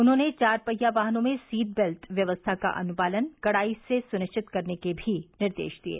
उन्होंने चार पहिया वाहनों में सीट बेल्ट व्यवस्था का अनुपालन कड़ाई से सुनिश्चित करने के भी निर्देश दिये